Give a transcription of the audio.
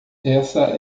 essa